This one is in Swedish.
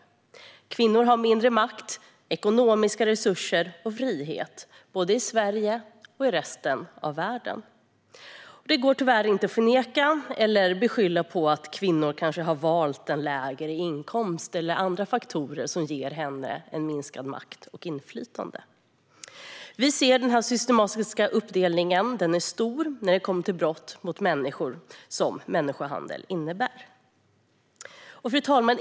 Kvinnor har mindre makt, ekonomiska resurser och frihet, i både Sverige och resten av världen. Det går tyvärr inte att förneka eller skylla på att kvinnor kanske har valt en lägre inkomst eller andra faktorer som ger henne mindre makt och inflytande. Vi ser denna systematiska uppdelning och att den är stor när det kommer till brott mot människor, som människohandel innebär. Fru talman!